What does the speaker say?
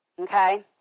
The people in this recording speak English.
Okay